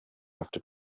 after